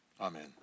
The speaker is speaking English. Amen